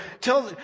tell